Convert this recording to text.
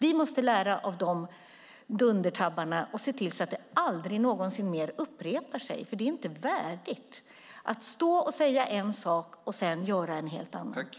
Vi måste lära av dessa dundertabbar och se till att det aldrig någonsin mer upprepas eftersom det inte är värdigt att stå och säga en sak och sedan göra en helt annan.